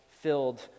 filled